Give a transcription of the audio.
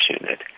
unit